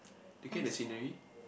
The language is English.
looking at the scenery